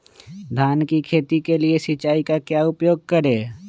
धान की खेती के लिए सिंचाई का क्या उपयोग करें?